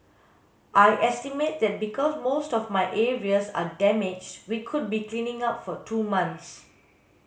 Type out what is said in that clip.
I estimate that because most of my areas are damaged we could be cleaning up for two months